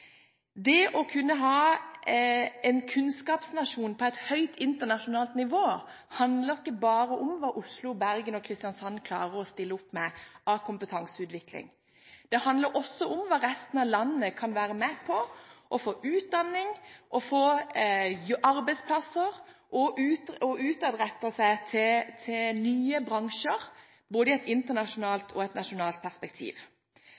Det å ha en kunnskapsnasjon på et høyt internasjonalt nivå handler ikke bare om hva Oslo, Bergen og Kristiansand klarer å stille opp med av kompetanseutvikling. Det handler også om hva resten av landet kan være med på: å få utdanning, å få arbeidsplasser og å rette seg mot nye bransjer – både i et internasjonalt og i et nasjonalt perspektiv.